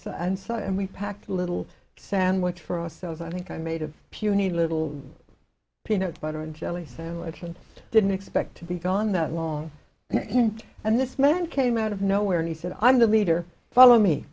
said and so and we packed a little sandwich for ourselves i think i made a puny little peanut butter and jelly sandwich and i didn't expect to be gone that long and this man came out of nowhere and he said i'm the leader follow me